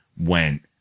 Went